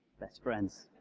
best friends!